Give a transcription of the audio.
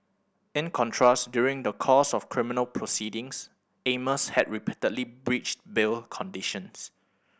in contrast during the course of criminal proceedings Amos had repeatedly breached bail conditions